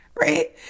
right